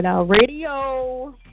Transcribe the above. Radio